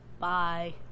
Bye